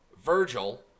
Virgil